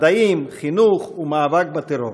מדעים, חינוך ומאבק בטרור,